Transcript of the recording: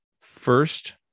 first